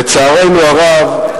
לצערנו הרב,